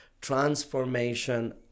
transformation